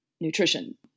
nutrition